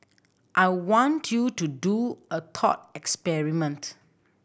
I want you to do a thought experiment